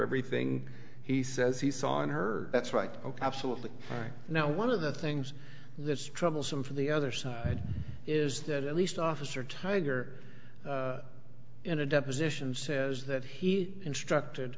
everything he says he saw and heard that's right ok absolutely right now one of the things that's troublesome for the other side is that at least officer tiger in a deposition says that he instructed